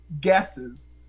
guesses